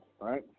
right